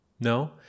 No